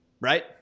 right